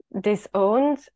disowned